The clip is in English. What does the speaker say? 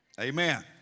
amen